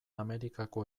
amerikako